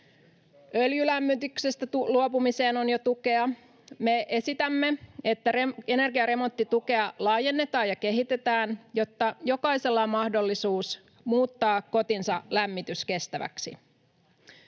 Öljylämmityksestä luopumiseen on jo tukea. Me esitämme, että energiaremonttitukea laajennetaan ja kehitetään, jotta jokaisella on mahdollisuus muuttaa kotinsa lämmitys kestäväksi.